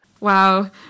wow